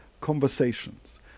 conversations